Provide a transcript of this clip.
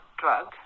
drug